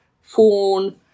phone